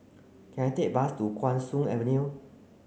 can I take bus to Guan Soon Avenue